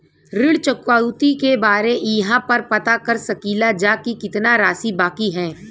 ऋण चुकौती के बारे इहाँ पर पता कर सकीला जा कि कितना राशि बाकी हैं?